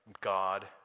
God